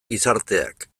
gizarteak